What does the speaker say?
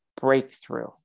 breakthrough